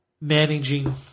managing